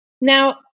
Now